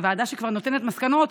וועדה שכבר נותנת מסקנות,